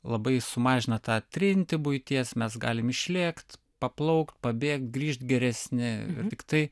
labai sumažina tą trintį buities mes galim išlėkt paplaukt pabėgt grįžt geresni ir tik tai